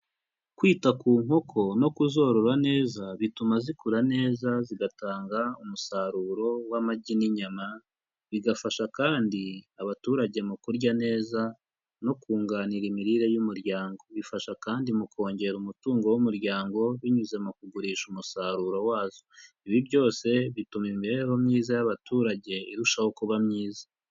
Kwita ku nkoko no kuzorora neza bituma zikura neza zigatanga umusaruro w'amagi n'inyama, bigafasha kandi abaturage mu kurya neza no kunganira imirire y'umuryango, bifasha kandi mu kongera umutungo w'umuryango binyuze mu kugurisha umusaruro wazo. Ibi byose bituma imibereho myiza y'abaturage irushaho kuba myiza.